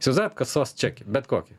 įsivaizduojat kasos čekį bet kokį